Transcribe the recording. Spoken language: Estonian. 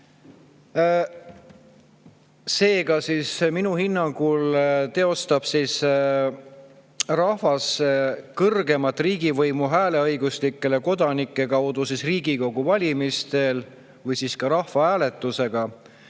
Seega, minu hinnangul teostab rahvas kõrgeimat riigivõimu hääleõiguslike kodanike kaudu Riigikogu valimisel või ka rahvahääletusega.